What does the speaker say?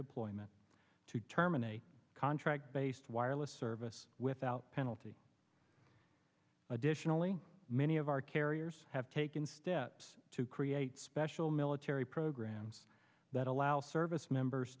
deployment to terminate a contract based wireless service without penalty additionally many of our carriers have taken steps to create special military programs that allow service members